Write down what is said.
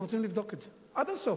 אנחנו רוצים לבדוק את זה עד הסוף.